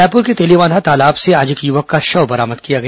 रायपुर के तेलीबाँधा तालाब से आज एक युवक का शव बरामद किया गया